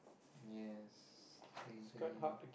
yes changing